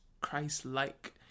Christ-like